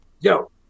Yo